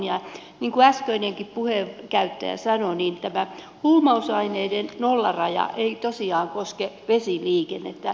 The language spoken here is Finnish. ja niin kuin äskeinenkin puheenkäyttäjä sanoi niin tämä huumausaineiden nollaraja ei tosiaan koske vesiliikennettä